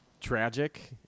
tragic